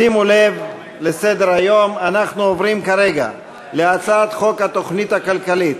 שימו לב לסדר-היום: אנחנו עוברים כרגע להצעת חוק התוכנית הכלכלית